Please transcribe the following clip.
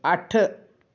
ਅੱਠ